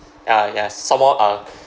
ah ya some more uh